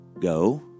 Go